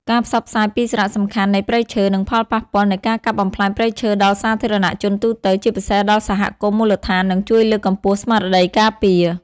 ការផ្សព្វផ្សាយពីសារៈសំខាន់នៃព្រៃឈើ និងផលប៉ះពាល់នៃការកាប់បំផ្លាញព្រៃឈើដល់សាធារណជនទូទៅ ជាពិសេសដល់សហគមន៍មូលដ្ឋាន នឹងជួយលើកកម្ពស់ស្មារតីការពារ។